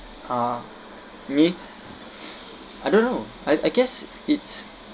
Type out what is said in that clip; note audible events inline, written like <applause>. ha me <breath> I don't know I I guess it's